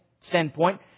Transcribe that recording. standpoint